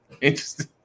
interesting